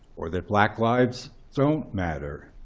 or that black lives don't matter,